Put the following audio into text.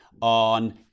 on